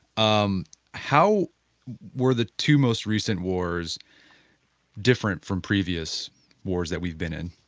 um how were the two most recent wars different from previous wars that we've been in?